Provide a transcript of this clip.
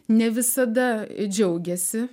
ne visada džiaugiasi